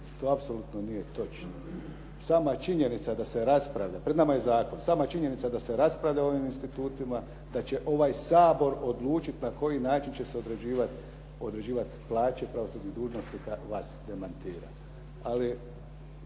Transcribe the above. To apsolutno nije točno. Sama činjenica da se raspravlja, pred nama je zakon, sama činjenica da se raspravlja o ovim institutima, da će ovaj Sabor odlučiti na koji način će se određivati plaće pravosudnih dužnosnika vas demantira.